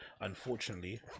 unfortunately